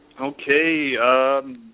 Okay